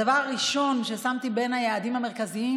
הדבר הראשון ששמתי בין היעדים המרכזיים